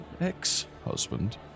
ex-husband